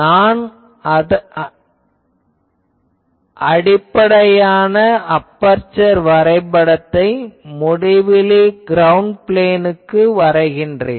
நான் அடிப்படையான அபெர்சர் வரைபடத்தை முடிவிலி க்ரௌண்ட் பிளேனுக்கு வரைகிறேன்